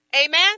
Amen